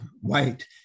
white